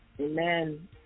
Amen